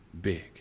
big